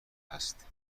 هست